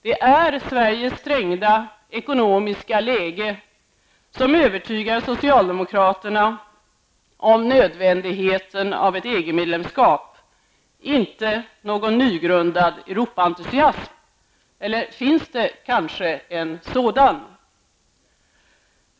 Det är Sveriges trängda ekonomiska läge som övertygar socialdemokraterna om nödvändigheten av ett EG medlemskap, inte någon nygrundad Europaentusiasm. Eller finns det kanske en sådan?